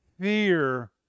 fear